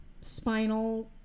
spinal